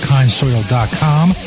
Kindsoil.com